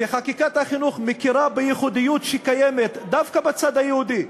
שחקיקת החינוך מכירה בייחודיות שקיימת דווקא בצד היהודי.